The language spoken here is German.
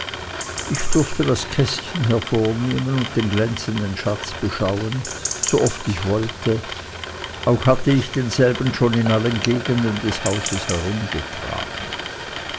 ich durfte das kästchen hervornehmen und den glänzenden schatz beschauen sooft ich wollte auch hatte ich denselben schon in allen gegenden des hauses herumgetragen